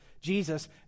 Jesus